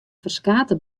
ferskate